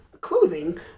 clothing